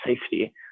safety